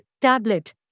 tablet